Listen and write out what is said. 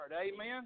amen